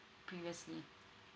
previously